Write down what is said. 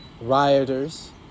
rioters